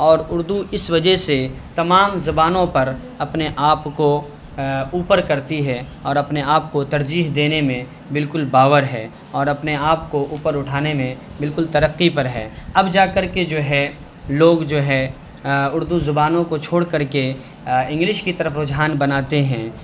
اور اردو اس وجہ سے تمام زبانوں پر اپنے آپ کو اوپر کرتی ہے اور اپنے آپ کو ترجیح دینے میں بالکل باور ہے اور اپنے آپ کو اوپر اٹھانے میں بالکل ترقی پر ہے اب جا کر کے جو ہے لوگ جو ہے اردو زبانوں کو چھوڑ کر کے انگلش کی طرف رجحان بناتے ہیں